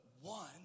one